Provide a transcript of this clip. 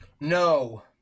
No